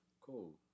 Cool